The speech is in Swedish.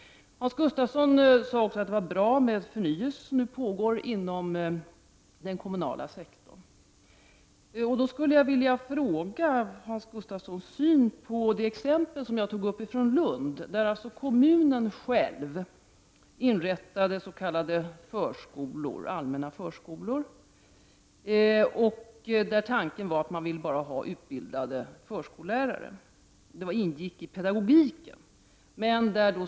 Hans Gustafsson sade också att den förnyelse som nu pågår inom den kommunala sektorn var bra. Jag skulle då vilja fråga Hans Gustafsson om hans syn på det exempel som jag tog upp från Lund, där kommunen själv inrättade s.k. allmänna förskolor och tanken var att man ville ha bara utbildade förskollärare — det ingick i pedagogiken.